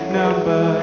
number